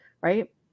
right